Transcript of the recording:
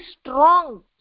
strong